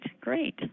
great